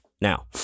now